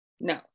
No